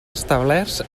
establerts